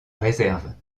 réserve